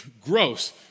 gross